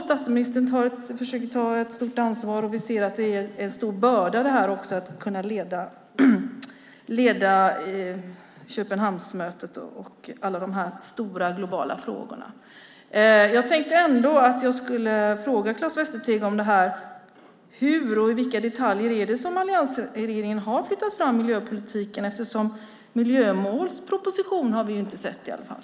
Statsministern försöker ta ett stort ansvar, och vi ser att det är en stor börda att kunna leda Köpenhamnsmötet och alla de stora, globala frågorna. Jag tänkte ändå att jag skulle fråga Claes Västerteg om hur och i vilka detaljer det är som alliansregeringen har flyttat fram miljöpolitiken. Miljömålspropositionen har vi ju inte sett i alla fall.